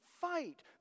fight